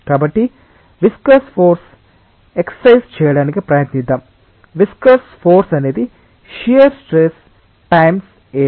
కాబట్టి viscous force express చేయడానికి ప్రయత్నిద్దాం విస్కస్ ఫోర్సు అనేది షియర్ స్ట్రెస్ టైమ్స్ ఏరియా